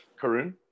Karun